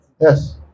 Yes